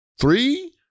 Three